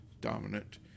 dominant